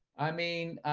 i mean,